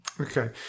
okay